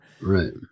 Right